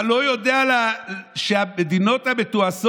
אתה לא יודע שהמדינות המתועשות